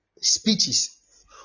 speeches